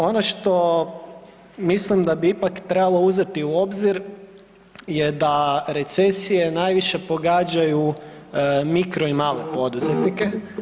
Ono što mislim da bi ipak trebalo uzeti u obzir je da recesije najviše pogađaju mikro i male poduzetnike.